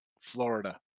Florida